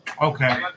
Okay